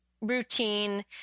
routine